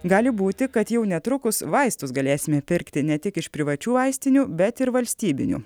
gali būti kad jau netrukus vaistus galėsime pirkti ne tik iš privačių vaistinių bet ir valstybinių